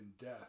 death